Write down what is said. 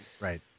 Right